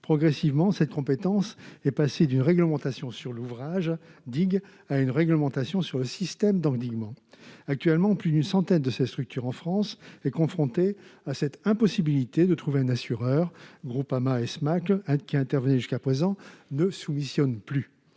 progressivement cette compétence est passé d'une réglementation sur l'ouvrage digue à une réglementation sur le système d'endiguement actuellement plus d'une centaine de ses structures en France est confrontée à cette impossibilité de trouver un assureur Groupama qui intervenait jusqu'à présent ne soumissionnent plus